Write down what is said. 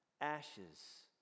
ashes